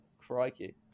Crikey